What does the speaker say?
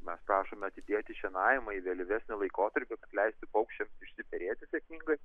mes prašome atidėti šienavimą į vėlyvesnį laikotarpį kad leisti paukščiam išsiperėti sėkmingai